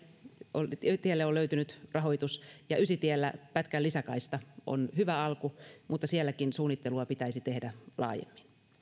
on löytynyt rahoitus ja ysitiellä pätkän lisäkaista on hyvä alku mutta sielläkin suunnittelua pitäisi tehdä laajemmin